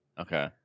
Okay